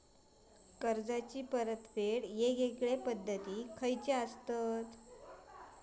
कर्जाचो परतफेड येगयेगल्या पद्धती खयच्या असात?